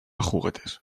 juguetes